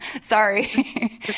sorry